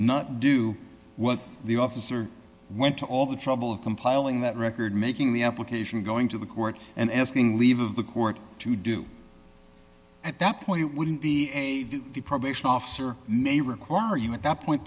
not do what the officer went to all the trouble of compiling that record making the application going to the court and asking leave of the court to do at that point it wouldn't be a the probation officer may require you at that point